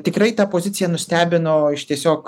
tikrai ta pozicija nustebino iš tiesiog